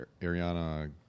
Ariana